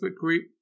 group